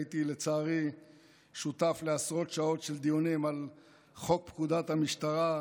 הייתי לצערי שותף לעשרות שעות של דיונים על חוק פקודת המשטרה.